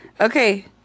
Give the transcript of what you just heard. Okay